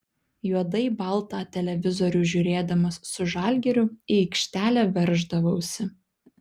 juodai baltą televizorių žiūrėdamas su žalgiriu į aikštelę verždavausi